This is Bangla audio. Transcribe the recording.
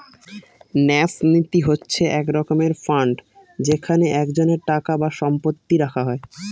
ন্যাস নীতি হচ্ছে এক রকমের ফান্ড যেখানে একজনের টাকা বা সম্পত্তি রাখা হয়